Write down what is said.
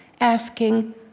asking